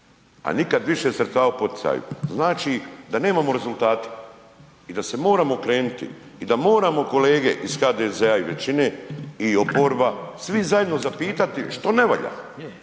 A nikad više sredstava u poticaju, znači da nemamo rezultata. I da se moramo okrenuti i da moramo kolege iz HDZ-a i većine i oporba svi zajedno zapitati, što ne valja?